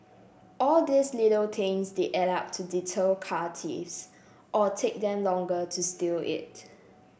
all these little things they add up to deter car thieves or take them longer to steal it